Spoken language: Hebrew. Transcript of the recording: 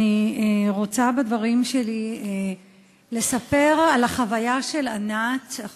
אני רוצה בדברים שלי לספר על החוויה של ענת של